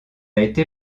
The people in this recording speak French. été